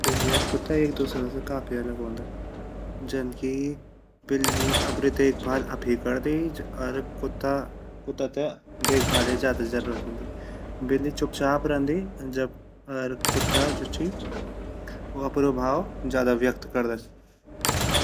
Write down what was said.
बिल्ली अर कुत्ता एक दूसरा से काफी अलग वांदा जन की बिल्ली अपरी देखभाल अपही करदी अर कुत्ता ते देखभाले ज़्यादा ज़रूरत वोन्दि बिल्ली चुप-चाप रैंदी अर कुत्ता जु ची उ अप्रु भाव ज़्यादा व्यक्त करदु।